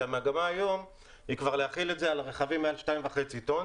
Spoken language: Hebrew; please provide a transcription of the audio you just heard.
והמגמה היום היא כבר להחיל את זה על רכבים מעל 2.5 טון.